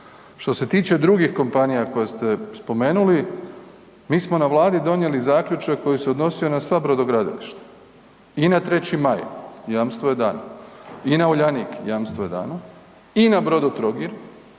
Što se tiče drugih kompanija koje ste spomenuli, mi smo na vladi donijeli zaključak koji se odnosio na sva brodogradilišta, i na 3. Maj jamstvo je dano, i na Uljanik jamstvo je dano i na Brodotrogir